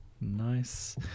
Nice